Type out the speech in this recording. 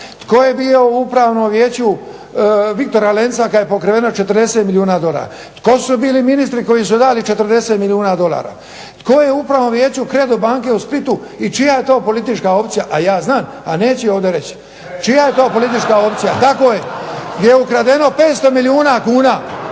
Tko je bio u Upravnom vijeću Viktora Lenca kad je pokradeno 40 milijuna dolara? Tko su bili ministri koji su dali 40 milijuna dolara? Tko je u Upravnom vijeću Credo banke u Splitu i čija je to politička opcija? A ja znam ali neću je ovdje reći. Čija je to politička opcija? Tako je, gdje je ukradeno 500 milijuna kuna.